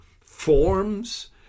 forms